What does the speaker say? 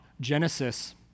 Genesis